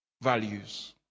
values